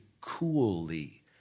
coolly